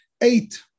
Eight